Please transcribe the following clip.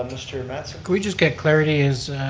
um mr. matteson. can we just get clarity as,